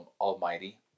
Almighty